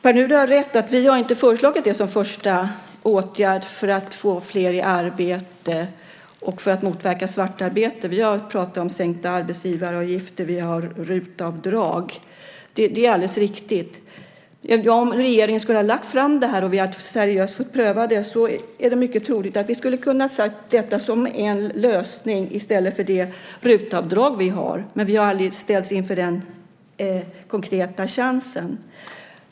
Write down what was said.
Pär Nuder har rätt i att vi inte har föreslagit det här som första åtgärd för att få fler i arbete och för att motverka svartarbete. Vi har pratat om sänkta arbetsgivaravgifter och RUT-avdrag. Det är alldeles riktigt. Om regeringen skulle ha lagt fram det här och vi hade fått pröva det seriöst är det mycket troligt att vi skulle ha kunnat välja detta som en lösning i stället för det RUT-avdrag som vi har. Men vi har aldrig ställts inför den konkreta chansen.